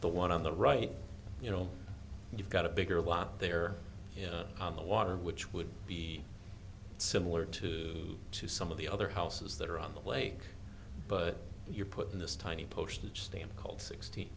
the one on the right you know you've got a bigger lot there on the water which would be similar to to some of the other houses that are on the lake but you're put in this tiny postage stamp called sixty